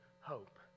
hope